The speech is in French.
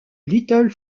little